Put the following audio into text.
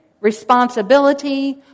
responsibility